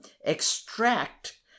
extract